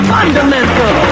Fundamental